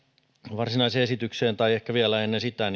varsinaiseen esitykseen tai ehkä vielä ennen sitä